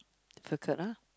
difficult ah